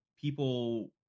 people